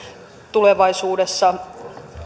tulevaisuudessa